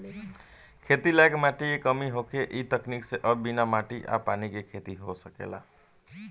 खेती लायक माटी के कमी होखे से इ तकनीक से अब बिना माटी आ पानी के खेती हो सकेला